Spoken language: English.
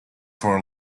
for